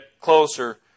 closer